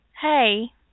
Hey